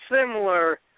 similar